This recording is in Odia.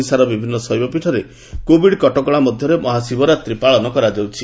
ଓଡ଼ିଶାର ବିଭିନ୍ନ ଶୈବପୀଠରେ କୋଭିଡ୍ କଟକଣା ମଧ୍ୟରେ ମହାଶିବରାତ୍ତି ପାଳନ କରାଯାଉଛି